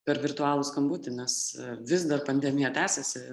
per virtualų skambutį nes vis dar pandemija tęsiasi